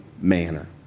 manner